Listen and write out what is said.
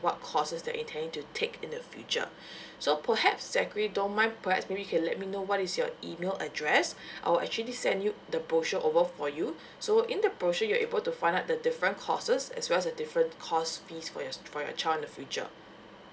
what courses that he intending to take in the future so perhaps zachary don't mind perhaps maybe you can let me know what is your email address I'll actually send you the brochure over for you so in the brochure you're able to find out the different courses as well as the different course fees for your for your child in the future